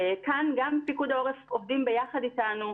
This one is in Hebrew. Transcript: כאן גם פיקוד העורף עובדים ביחד איתנו.